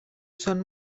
són